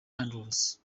andrews